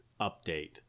update